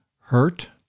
hurt